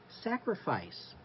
sacrifice